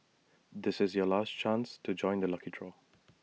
this is your last chance to join the lucky draw